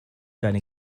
deine